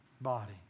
body